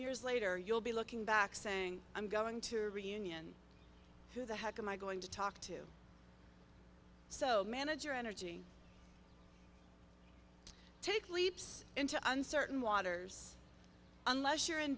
years later you'll be looking back saying i'm going to be union who the heck am i going to talk to so manage your energy take leaps into uncertain waters unless you're in